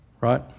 Right